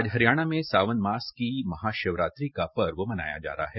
आज हरियाणा में सावन मास की महाशिवरात्रि का पर्व मनाया जा रहा है